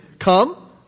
come